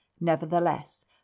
Nevertheless